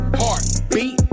heartbeat